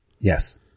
Yes